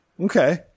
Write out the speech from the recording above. Okay